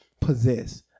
possess